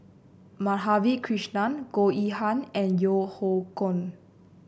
Madhavi Krishnan Goh Yihan and Yeo Hoe Koon